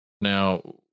Now